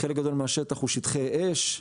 חלק גדול מהשטח הוא שטחי אש,